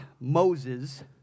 Moses